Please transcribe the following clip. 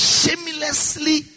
shamelessly